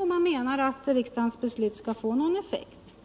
smärtlindring, om vi menar att riksdagens beslut skall få någon effekt.